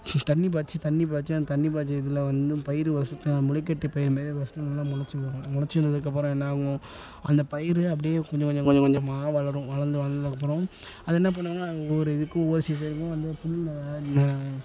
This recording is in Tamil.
தண்ணி பாய்ச்சி தண்ணி பாய்ச்சி அந்த தண்ணி பாய்ச்சினதுல வந்து பயர் முளைக்கட்டிய பயிர் மேல் வச்சிட்டால் நல்லா முளச்சி வரும் அது முளச்சி வந்ததுக்கப்புறம் என்னாகும் அந்த பயிர் அப்படியே கொஞ்சம் கொஞ்சம் கொஞ்சம் கொஞ்சமாக வளரும் வளர்ந்து வளர்ந்ததுக்கப்பறம் அது என்ன பண்ணுவாங்க ஒவ்வொரு இதுக்கும் ஒவ்வொரு சீசனுக்கு வந்து புல்லை ந